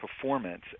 performance